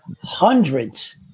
hundreds